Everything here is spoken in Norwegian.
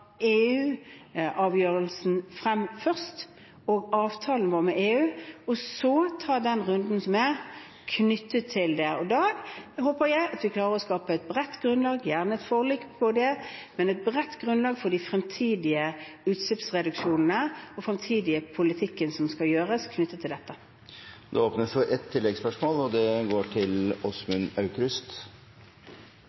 og avtalen vår med EU frem først, og så ta den runden som er, knyttet til det. Da håper jeg at vi klarer å skape et bredt grunnlag, gjerne et forlik, om det – et bredt grunnlag for de fremtidige utslippsreduksjonene og den fremtidige politikken som skal være knyttet til dette. Det åpnes for ett oppfølgingsspørsmål – fra Åsmund Aukrust.